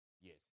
Yes